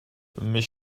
mes